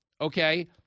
okay